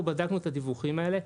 אנחנו בדקנו את הדיווחים האלה,